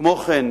כמו כן,